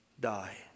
die